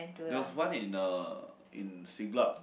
there was one in uh in Siglap